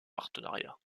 partenariat